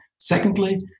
secondly